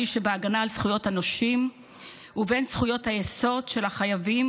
שבהגנה על זכויות הנושים ובין זכויות היסוד של החייבים,